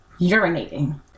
urinating